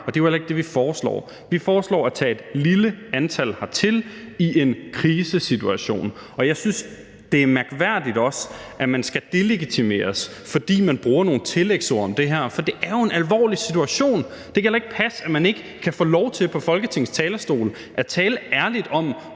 og det er jo heller ikke det, vi foreslår. Vi foreslår at tage et lille antal hertil i en krisesituation. Og jeg synes, det også er mærkværdigt, at man skal delegitimeres, fordi man bruger nogle tillægsord om det her, for det er jo en alvorlig situation. Det kan heller ikke passe, at man fra Folketingets talerstol ikke kan få